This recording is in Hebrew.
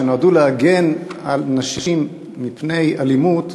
שנועדו להגן על נשים מפני אלימות,